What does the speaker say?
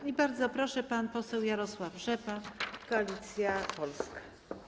I bardzo proszę, pan poseł Jarosław Rzepa, Koalicja Polska.